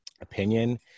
opinion